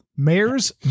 Mayors